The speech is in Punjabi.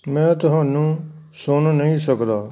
ਮੈਂ ਤੁਹਾਨੂੰ ਸੁਣ ਨਹੀਂ ਸਕਦਾ